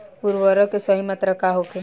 उर्वरक के सही मात्रा का होखे?